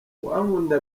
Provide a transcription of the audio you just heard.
uwankunda